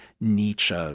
Nietzsche